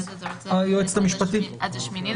אז היועצת המשפטי --- אז עד ה-8 באוקטובר?